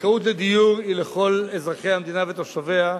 הזכאות לדיור היא לכל אזרחי המדינה ותושביה,